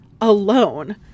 alone